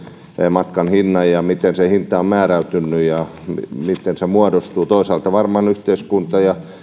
matkan hinnan ja sen miten se hinta on määräytynyt ja sen miten se muodostuu toisaalta varmaan yhteiskunta ja